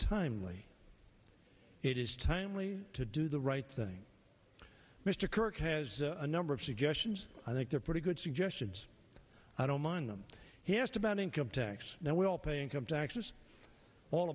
timely it is timely to do the right thing mr kirk has a number of suggestions i think they're pretty good suggestions i don't mind them he asked about income tax now we all pay income taxes all